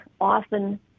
often